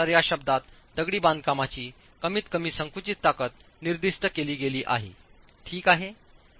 तर या शब्दात दगडी बांधकामांची कमीतकमी संकुचित ताकद निर्दिष्ट केली गेली आहे ठीक आहे